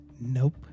Nope